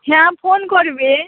হ্যাঁ ফোন করবি